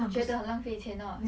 觉得很浪费钱 lor